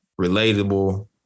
relatable